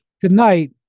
tonight